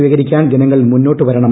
സ്വീകരിക്കാൻ ജനങ്ങൾ മുന്നോട്ടു വരണം